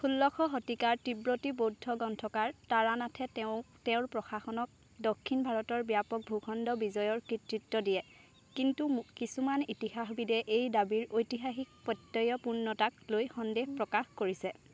ষোল্লশ শতিকাৰ তিব্বতী বৌদ্ধ গ্ৰন্থকাৰ তাৰানাথে তেওঁৰ প্ৰশাসনক দক্ষিণ ভাৰতৰ ব্যাপক ভূখণ্ড বিজয়ৰ কৃতিত্ব দিয়ে কিন্তু কিছুমান ইতিহাসবিদে এই দাবীৰ ঐতিহাসিক প্ৰত্য়য়পূৰ্ণতাক লৈ সন্দেহ প্ৰকাশ কৰিছে